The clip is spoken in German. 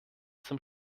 zum